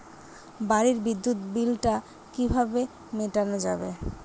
বাড়ির বিদ্যুৎ বিল টা কিভাবে মেটানো যাবে?